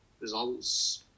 results